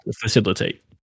facilitate